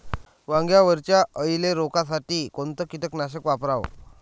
वांग्यावरच्या अळीले रोकासाठी कोनतं कीटकनाशक वापराव?